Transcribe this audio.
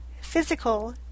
physical